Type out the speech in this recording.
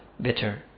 bitter